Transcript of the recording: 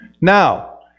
Now